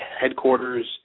headquarters